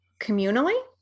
communally